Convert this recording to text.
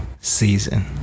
season